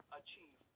achieve